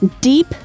deep